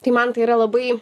tai man tai yra labai